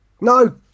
no